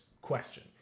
question